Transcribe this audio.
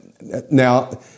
Now